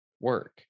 work